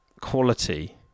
quality